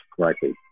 correctly